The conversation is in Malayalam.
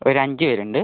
ഒരു അഞ്ച് പേര് ഉണ്ട്